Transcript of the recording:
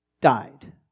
died